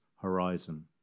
horizon